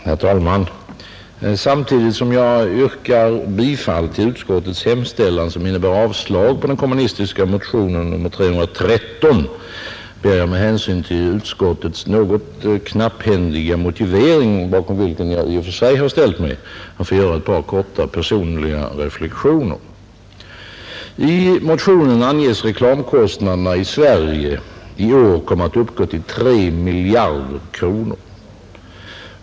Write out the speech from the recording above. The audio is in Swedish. Herr talman! Samtidigt som jag yrkar bifall till utskottets hemställan, som innebär avslag på den kommunistiska motionen nr 313, ber jag med hänsyn till utskottets något knapphändiga motivering, bakom vilken jag i och för sig har ställt mig, få göra några korta personliga reflexioner. I motionen anges reklamkostnaderna i Sverige i år komma att uppgå till 3 miljarder kronor.